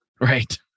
Right